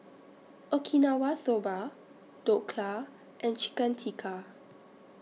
Okinawa Soba Dhokla and Chicken Tikka